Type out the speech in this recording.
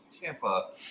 Tampa